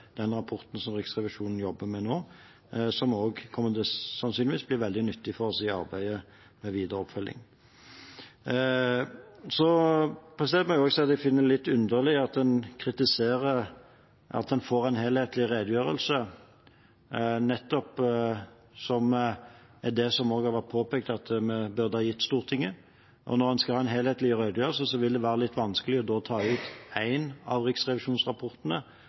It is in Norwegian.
den rapporten som Riksrevisjonen jobber med nå, og som også sannsynligvis kommer til å bli veldig nyttig for oss i arbeidet med den videre oppfølgingen. Jeg finner det litt underlig at en kritiserer at en får en helhetlig redegjørelse, noe det er blitt påpekt at vi burde gi Stortinget. Når en skal holde en helhetlig redegjørelse, vil det være litt vanskelig å ta ut én av riksrevisjonsrapportene